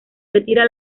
retira